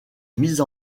mise